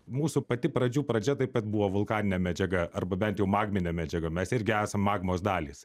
mūsų pati pradžių pradžia taip pat buvo vulkaninė medžiaga arba bent jau magminė medžiaga mes irgi esam magmos dalys